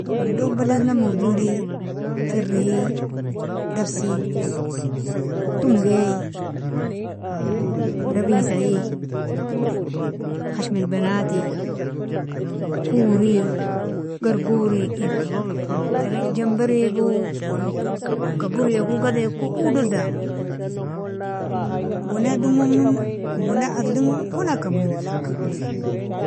Udog baladona mawjodi fariee, dabsee, twongie, dabisaiee, khashm albanatiee, koriee, gargoriee, iny tar jambary goo, kaboria goo gadiko udogdamo wala domimo wala adliemo wala kabmno taka.